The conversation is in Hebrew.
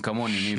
אם כמוני,